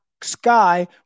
Sky